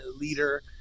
leader